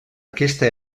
aquesta